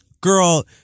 girl